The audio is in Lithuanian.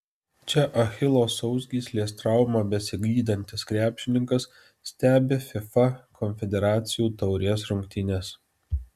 čia achilo sausgyslės traumą besigydantis krepšininkas stebi fifa konfederacijų taurės rungtynes